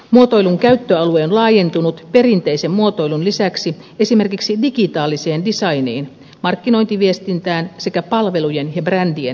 muotoilun käyttöalue on laajentunut perinteisen muotoilun lisäksi esimerkiksi digitaaliseen designiin markkinointiviestintään sekä palvelujen ja brändien muotoiluun